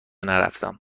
نرفتهام